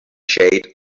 shade